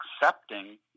accepting